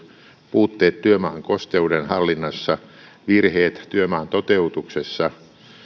puutteet työmaan kosteuden hallinnassa virheet työmaan toteutuksessa